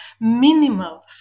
minimal